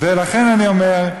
ולכן אני אומר,